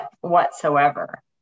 whatsoever